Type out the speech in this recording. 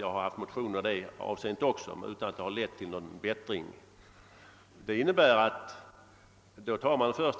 Jag har också på detta område väckt motioner, som dock inte lett till någon förbättring. Nuvarande ordning innebär att